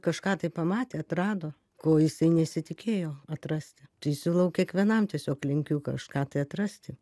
kažką tai pamatė atrado ko jisai nesitikėjo atrasti tai siūlau kiekvienam tiesiog linkiu kažką tai atrasti